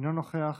אינו נוכח.